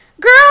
girl